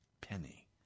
penny